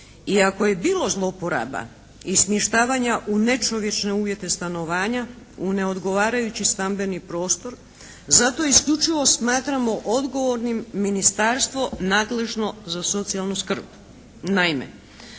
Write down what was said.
I ako je bilo zlouporaba i smještavanja u nečovječne uvjete stanovanja, u neodgovarajući stambeni prostora zato isključivo smatramo odgovornim ministarstvo nadležno za socijalnu skrb.